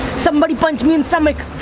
somebody punch me in stomach.